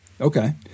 Okay